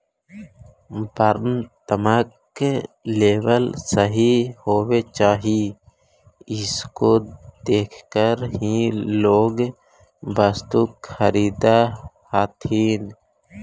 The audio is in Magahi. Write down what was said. वर्णात्मक लेबल सही होवे चाहि इसको देखकर ही लोग वस्तु खरीदअ हथीन